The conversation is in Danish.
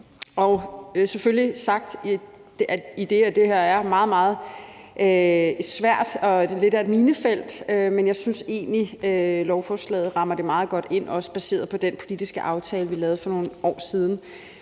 er selvfølgelig sagt med respekt for, at det her er meget, meget svært og er lidt af et minefelt, men jeg synes egentlig, lovforslaget rammer det meget godt ind, også baseret på den politiske aftale, vi lavede for nogle år siden.